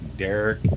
Derek